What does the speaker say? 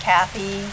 Kathy